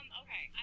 okay